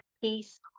peace